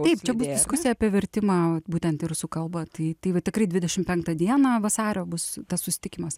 taip čia bus diskusija apie vertimą būtent į rusų kalbą tai tai va tikrai dvidešim penktą dieną vasario bus tas susitikimas